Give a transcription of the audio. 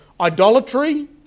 Idolatry